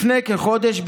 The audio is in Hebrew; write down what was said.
לפני כחודש,